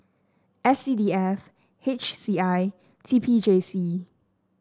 S C D F H C I T P J C